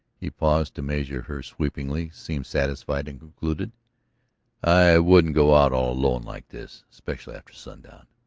he paused to measure her sweepingly, seemed satisfied, and concluded i wouldn't go out all alone like this especially after sundown.